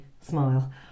smile